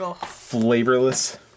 flavorless